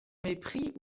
mépris